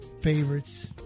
favorites